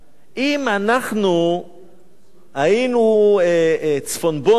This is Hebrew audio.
אם אנחנו היינו "צפונבונים",